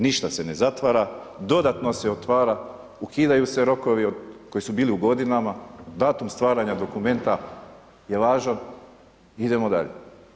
Ništa se ne zatvara, dodatno se otvara, ukidaju se rokovi koji su bili u godinama, datum stvaranja dokumenta je važan i idemo dalje.